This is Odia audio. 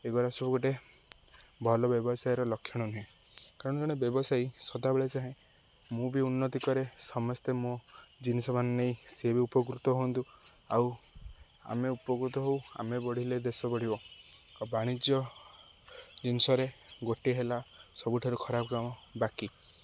ଏଗୁଡ଼ା ସବୁ ଗୋଟେ ଭଲ ବ୍ୟବସାୟର ଲକ୍ଷଣ ନୁହେଁ କାରଣ ଜଣେ ବ୍ୟବସାୟୀ ସଦାବେଳେ ଚାହେଁ ମୁଁ ବି ଉନ୍ନତି କରେ ସମସ୍ତେ ମୋ ଜିନିଷମାନ ନେଇ ସିଏ ବି ଉପକୃତ ହୁଅନ୍ତୁ ଆଉ ଆମେ ଉପକୃତ ହେଉ ଆମେ ବଢ଼ିଲେ ଦେଶ ବଢ଼ିବ ଆଉ ବାଣିଜ୍ୟ ଜିନିଷରେ ଗୋଟିଏ ହେଲା ସବୁଠାରୁ ଖରାପ କାମ ବାକି